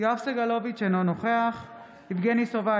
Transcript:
יואב סגלוביץ' אינו נוכח יבגני סובה,